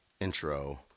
intro